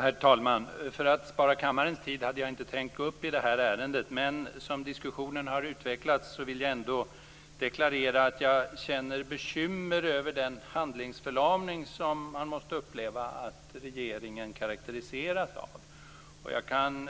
Herr talman! För att spara kammarens tid hade jag inte tänkt gå upp i debatten i det här ärendet. Men som diskussionen har utvecklats vill jag ändå deklarera att jag känner bekymmer över den handlingsförlamning som man måste uppleva att regeringen karakteriseras av. Jag kan